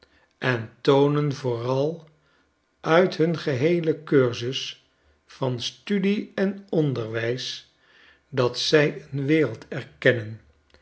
en toonen vooral uit hun geheelen cursus van studie en onderwijs dat zij een wereld erkennen